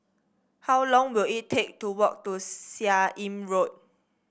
how long will it take to walk to Seah Im Road